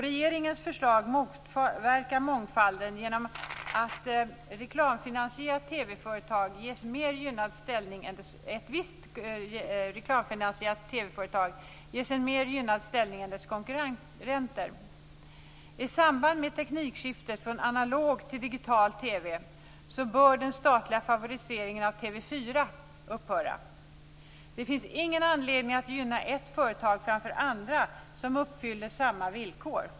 För det första motverkar regeringens förslag mångfalden genom att ett visst reklamfinansierat TV företag ges en mer gynnad ställning än dess konkurrenter. I samband med teknikskiftet från analog till digital-TV bör den statliga favoriseringen av TV 4 upphöra. Det finns ingen anledning att gynna ett företag framför andra som uppfyller samma villkor.